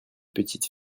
petite